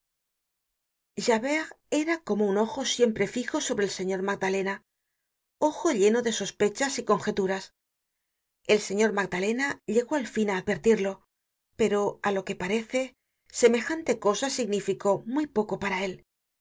javert era como un ojo siempre lijo sobre el señor magdalena ojo lleno de sospechas y conjeturas el señor magdalena llegó ql fin á advertirlo pero á lo que parece semejante cosa significó muy poco para él